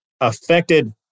affected